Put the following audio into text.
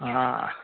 आ